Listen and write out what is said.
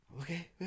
okay